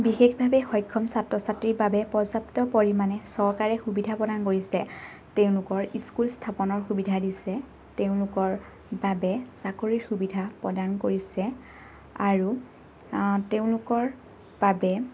বিশেষভাৱে সক্ষম ছাত্ৰ ছাত্ৰীৰ বাবে পৰ্য্য়াপ্ত পৰিমাণে চৰকাৰে সুবিধা প্ৰদান কৰিছে তেওঁলোকৰ স্কুল স্থাপনৰ সুবিধা দিছে তেওঁলোকৰ বাবে চাকৰিৰ সুবিধা প্ৰদান কৰিছে আৰু তেওঁলোকৰ বাবে